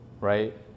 right